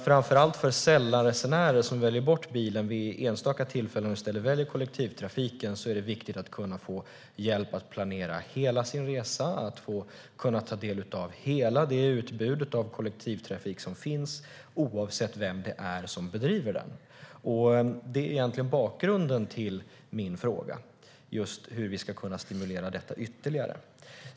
Framför allt för sällanresenärer som väljer bort bilen vid enstaka tillfällen och i stället väljer kollektivtrafiken är det viktigt att kunna få hjälp att planera hela sin resa och kunna ta del av hela det utbud av kollektivtrafik som finns oavsett vem det är som bedriver den. Det är egentligen bakgrunden till min fråga om hur vi ska kunna stimulera detta ytterligare.